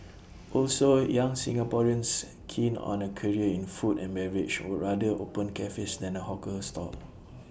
also young Singaporeans keen on A career in food and beverage would rather open cafes than A hawker stall